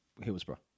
Hillsborough